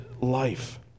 life